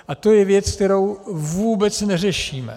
A to je věc, kterou vůbec neřešíme.